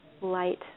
light